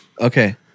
Okay